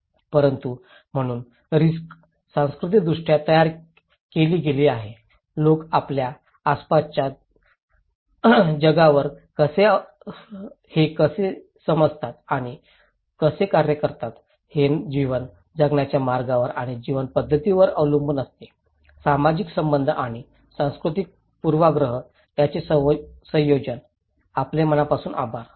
परंतु म्हणून रिस्क सांस्कृतिकदृष्ट्या तयार केली गेली आहे लोक आपल्या आसपासच्या जगावर हे कसे समजतात आणि कसे कार्य करतात हे जीवन जगण्याच्या मार्गावर आणि जीवन पद्धतीवर अवलंबून असते सामाजिक संबंध आणि सांस्कृतिक पूर्वाग्रह यांचे संयोजन आपले मनापासून आभार